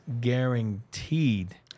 guaranteed